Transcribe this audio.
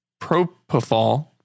propofol